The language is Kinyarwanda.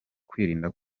kwirinda